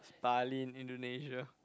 Bali Indonesia